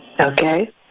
Okay